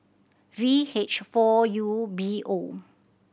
V H four U B O